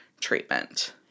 treatment